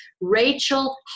Rachel